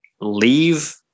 leave